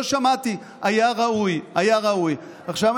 היה ראוי, היה ראוי.